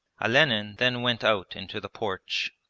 olenin then went out into the porch.